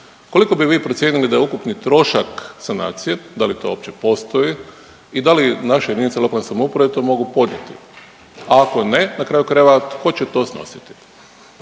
Koliko bi vi procijenili da je ukupni trošak sanacije, da li to uopće postoji i da li naše JLS to mogu podnijeti, a ako ne na kraju krajeva tko će to snositi?